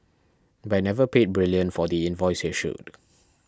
but it never paid Brilliant for the invoice issued